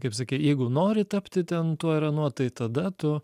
kaip sakei jeigu nori tapti ten tuo ar anuo tai tada tu